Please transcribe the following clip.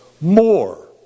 more